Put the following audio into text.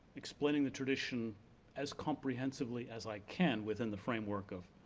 explaining the tradition as comprehensively as i can within the framework of